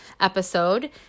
episode